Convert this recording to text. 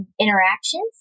interactions